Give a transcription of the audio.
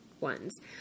ones